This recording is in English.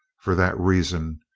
for that reason,